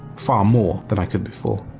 far more than i could before.